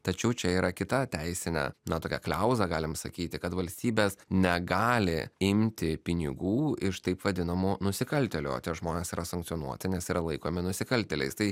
tačiau čia yra kita teisinė na tokia kliauza galim sakyti kad valstybės negali imti pinigų iš taip vadinamų nusikaltėlių o tie žmonės yra sankcionuoti nes yra laikomi nusikaltėliais tai